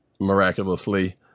miraculously